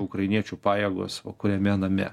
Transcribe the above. ukrainiečių pajėgos kuriame name